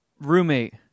roommate